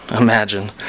Imagine